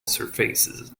surfaces